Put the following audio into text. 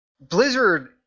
Blizzard